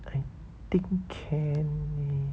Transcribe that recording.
I think can leh